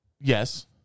Yes